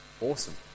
awesome